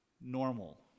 normal